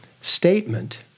statement